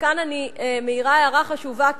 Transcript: וכאן אני מעירה הערה חשובה,